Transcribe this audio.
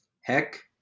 Heck